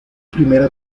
primera